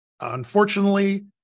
unfortunately